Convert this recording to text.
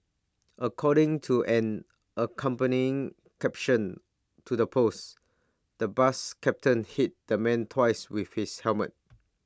according to an accompanying caption to the post the bus captain hit the man twice with his helmet